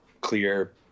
clear